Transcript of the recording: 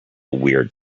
weird